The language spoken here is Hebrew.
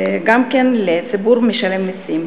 גם לציבור משלם המסים,